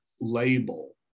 label